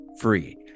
Free